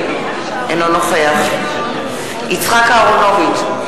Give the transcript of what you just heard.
אינו נוכח יצחק אהרונוביץ,